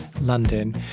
London